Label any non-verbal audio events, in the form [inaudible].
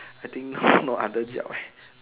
I think [breath] no other job [breath] eh